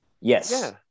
Yes